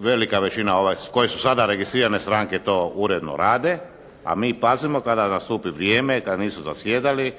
velika većina koje su sada registrirane stranke to uredno rade, a mi pazimo da kada nastupi vrijeme, kada nisu zasjedali,